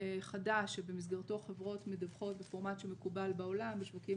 חדש שבמסגרתו חברות מדווחות בפורמט שמקובל בעולם בשווקים